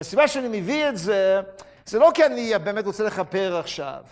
הסיבה שאני מביא את זה, זה לא כי אני באמת רוצה לכפר עכשיו.